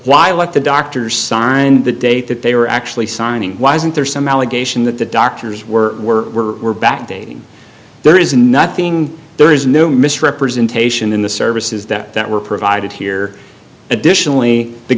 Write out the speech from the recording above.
what the doctors and the date that they were actually signing wasn't there some allegation that the doctors were were were were backdating there is nothing there is no misrepresentation in the services that were provided here additionally the